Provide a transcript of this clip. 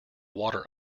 water